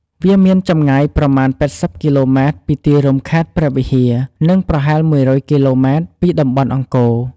វាមានចម្ងាយប្រមាណ ៨០ គីឡូម៉ែត្រពីទីរួមខេត្តព្រះវិហារ និងប្រហែល ១០០ គីឡូម៉ែត្រពីតំបន់អង្គរ។